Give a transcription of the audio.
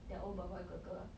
their own boy boy girl girl